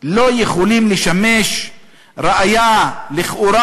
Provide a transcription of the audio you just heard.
לא יכולים לשמש ראיה לכאורה